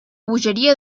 bogeria